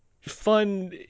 fun